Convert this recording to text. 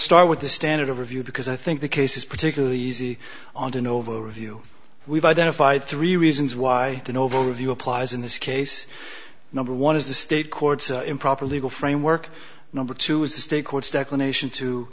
start with the standard of review because i think the case is particularly easy on an overview we've identified three reasons why an overview applies in this case number one is the state court improper legal framework number two is the state courts declaration to